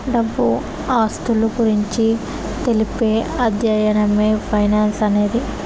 డబ్బు ఆస్తుల గురించి తెలిపే అధ్యయనమే ఫైనాన్స్ అనేది